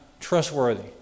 trustworthy